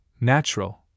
natural